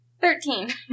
Thirteen